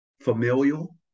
familial